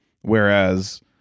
Whereas